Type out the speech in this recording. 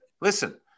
listen